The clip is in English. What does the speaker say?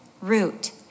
root